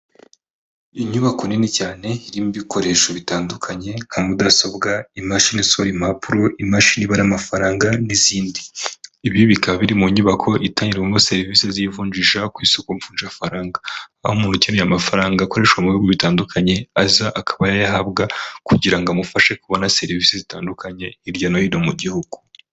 Inyubako nini cyane irimo ibikoresho bitandukanye nka mudasobwa, imashini isohora impapuro, imashini ibara amafaranga n'izindi ibi bikaba biri mu nyubako itangirwamo serivisi z'ivunjisha kw’isoko vunja faranga aho umuntu ukeneye amafaranga akoreshwa mu bihugu bitandukanye aza akaba yayahabwa kugira ngo amufashe kubona serivisi zitandukanye hirya no hino mu gihugu.